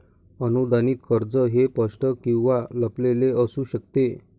अनुदानित कर्ज हे स्पष्ट किंवा लपलेले असू शकते